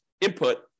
input